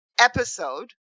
episode